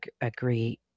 agree